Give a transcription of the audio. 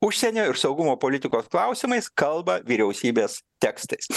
užsienio ir saugumo politikos klausimais kalba vyriausybės tekstais